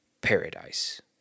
paradise